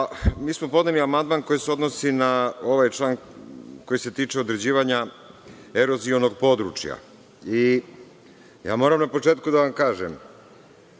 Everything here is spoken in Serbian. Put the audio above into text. Mi smo podneli amandman koji se odnosi na ovaj član koji se tiče određivanja erozionog područja. Moram na početku da vam kažem